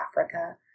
Africa